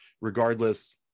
regardless